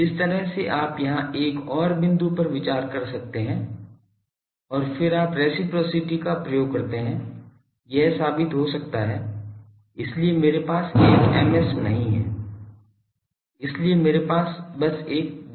जिस तरह से आप यहां एक और बिंदु पर विचार कर सकते हैं और फिर आप रेसप्रॉसिटी का प्रयोग करते हैं यह साबित हो सकता है इसलिए मेरे पास एक Ms नहीं है इसलिए मेरे पास बस एक Js है